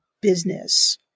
business